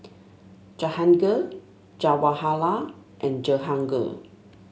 Jahangir Jawaharlal and Jehangirr